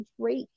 great